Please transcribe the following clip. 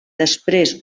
després